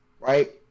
Right